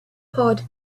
pod